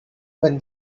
when